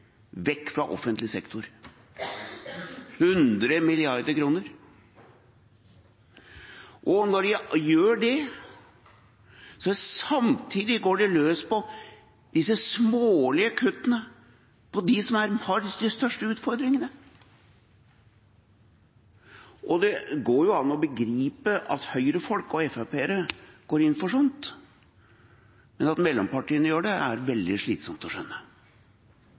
vekk fra offentlig sektor – 100 mrd. kr. Og når de gjør det, går de samtidig løs på disse smålige kuttene til dem som har de største utfordringene. Det går jo an å begripe at Høyre-folk og FrP-ere går inn for slikt, men at mellompartiene gjør det, er veldig slitsomt å skjønne.